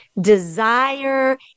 desire